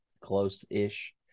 close-ish